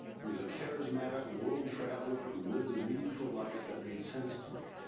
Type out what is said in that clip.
he was a charismatic world traveler, who lived a meaningful life that made sense to me.